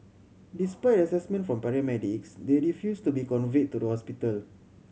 despite assessment by paramedics they refused to be conveyed to the hospital